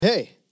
Hey